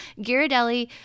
Ghirardelli